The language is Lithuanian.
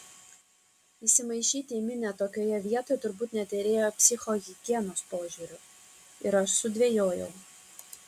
įsimaišyti į minią tokioje vietoje turbūt nederėjo psichohigienos požiūriu ir aš sudvejojau